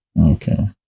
Okay